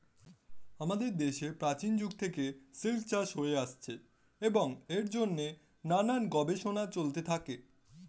আমাদের দেশে প্রাচীন যুগ থেকে সিল্ক চাষ হয়ে আসছে এবং এর জন্যে নানান গবেষণা চলতে থাকে